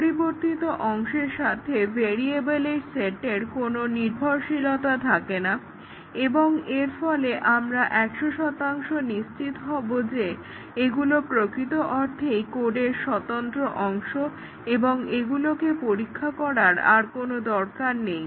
পরিবর্তিত অংশের সাথে ভেরিয়েবলের সেটের কোনো নির্ভরশীলতা থাকেনা এবং এর ফলে আমরা 100 নিশ্চিত হবো যে এগুলো প্রকৃতঅর্থেই কোডের স্বতন্ত্র অংশ এবং এগুলোকে পরীক্ষা করার আর কোনো দরকার নেই